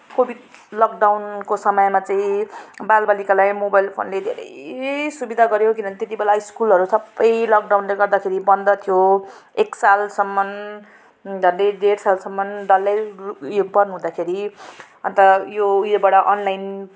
Covid लकडाउनको समयमा चाहिँ बालबालिकालाई मोबाइल फोनले धेरै सुविधा गर्यो किनभने त्यति बेला स्कुलहरू सबै लकडाउनले गर्दाखेरि बन्द थियो एक सालसम्म डे डेढ सालसम्म डल्लै यो बन्द हुुँदाखेरि अन्त यो उयोबाट अनलाइन